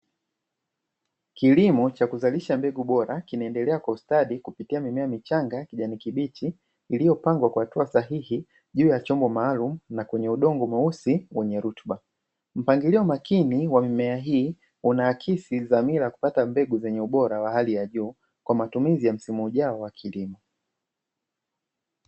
Kilimo cha kuzalisha mbegu bora kinaendelea kustadi kupitia mimea michanga kijani kibiti, iliyopangwa kwa hatua sahihi juu ya chombo maalumu na kwenye udongo mweusi, wenye rutuba mpangilio makini wa mimea hii unaakisi dhamira kupata mbegu zenye ubora wa hali ya juu kwa matumizi ya msimu ujao wa kilimo.